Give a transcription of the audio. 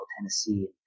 Tennessee